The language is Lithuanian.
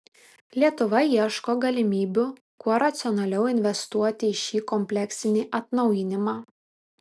lietuva ieško galimybių kuo racionaliau investuoti į šį kompleksinį atnaujinimą